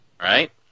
Right